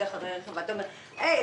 נוהג אחרי רכב ואתה אומר: "הי,